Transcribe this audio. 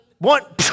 One